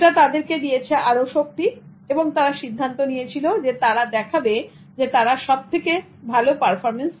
যেটা তাদেরকে দিয়েছেন আরো শক্তি এবং তারা সিদ্ধান্ত নিয়েছিল যে তারা দেখাবে তাদের সবথেকে ভালো পারফরমেন্স